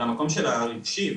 למקום הרגשי,